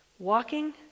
walking